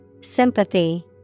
Sympathy